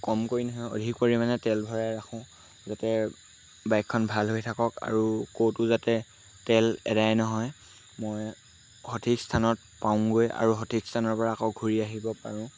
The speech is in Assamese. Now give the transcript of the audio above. কম কৰি নহয় অধিক পৰিমাণে তেল ভৰাই ৰাখোঁ যাতে বাইকখন ভাল হৈ থাকক আৰু ক'তো যাতে তেল এদাই নহয় মই সঠিক স্থানত পাওঁগৈ আৰু সঠিক স্থানৰপৰা আকৌ ঘূৰি আহিব পাৰোঁ